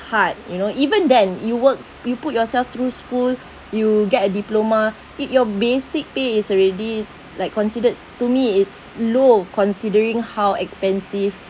hard you know even then you work you put yourself through school you get a diploma it your basic pay is already like considered to me it's low considering how expensive